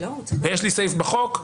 יש לי סעיף בחוק,